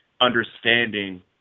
understanding